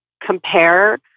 compare